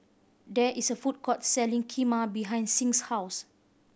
there is a food court selling Kheema behind Sing's house